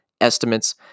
estimates